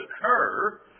occur